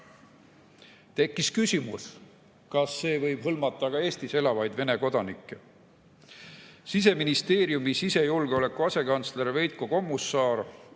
Tekkis küsimus, kas see võib hõlmata ka Eestis elavaid Vene kodanikke. Siseministeeriumi sisejulgeoleku asekantsler Veiko Kommusaar